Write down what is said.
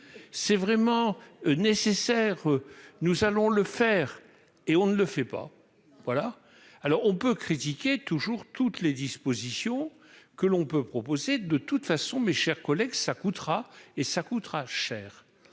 c'est vraiment nécessaire, nous allons le faire et on ne le fait pas, voilà, alors on peut critiquer toujours toutes les dispositions que l'on peut proposer de toute façon, mes chers collègues, ça coûtera et ça coûtera cher,